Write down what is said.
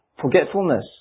forgetfulness